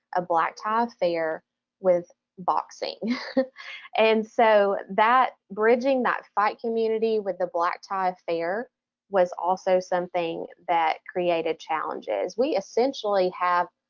a black tie affair with boxing and so that bridging, that fight community with the black tie affair was also something that created challenges. we essentially have,